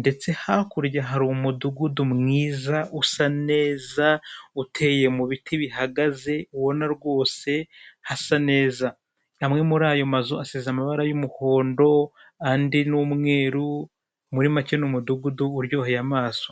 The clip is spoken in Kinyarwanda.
ndetse hakurya hari umudugudu mwiza, usa neza, uteye mubi biti bihagaze, ubona rwose hasa neza. Amwe muri ayo mazu asize amabara y'umuhondo, andi ni umweru, muri make ni umudugudu uryoheye amaso.